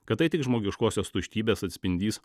kad tai tik žmogiškosios tuštybės atspindys